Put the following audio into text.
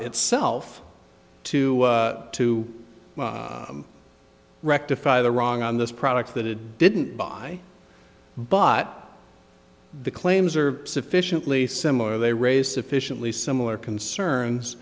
itself to to rectify the wrong on this product that it didn't buy but the claims are sufficiently similar they raise sufficiently similar concerns